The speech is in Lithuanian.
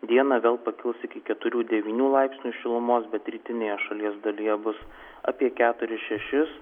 dieną vėl pakils iki keturių devynių laipsnių šilumos pietrytinėje šalies dalyje bus apie keturis šešis